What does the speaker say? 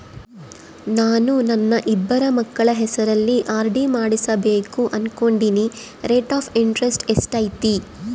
ನಾನು ನನ್ನ ಇಬ್ಬರು ಮಕ್ಕಳ ಹೆಸರಲ್ಲಿ ಆರ್.ಡಿ ಮಾಡಿಸಬೇಕು ಅನುಕೊಂಡಿನಿ ರೇಟ್ ಆಫ್ ಇಂಟರೆಸ್ಟ್ ಎಷ್ಟೈತಿ?